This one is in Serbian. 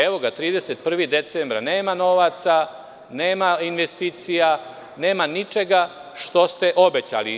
Evo ga 31. decembar, nema novaca, nema investicija, nema ničega što ste obećali.